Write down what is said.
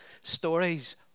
stories